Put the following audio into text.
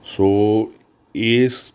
ਸੋ ਇਸ